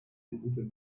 into